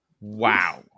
Wow